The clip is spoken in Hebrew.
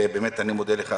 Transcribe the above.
אני באמת מודה לך,